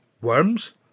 Worms